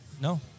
No